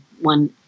one